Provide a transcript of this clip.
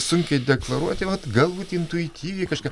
sunkiai deklaruoti val galbūt intuityviai kažką